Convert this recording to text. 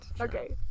Okay